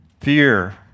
Fear